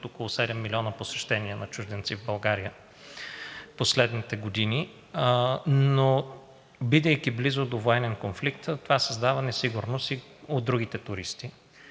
от около 7 милиона посещения на чужденци в България в последните години. Но бидейки близо до военен конфликт, това създава несигурност и у другите туристи.